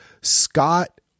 Scott